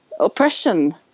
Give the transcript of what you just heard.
Oppression